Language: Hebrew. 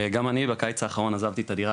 גם אני בקיץ האחרון נאלצתי לעזוב את הדירה